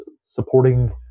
supporting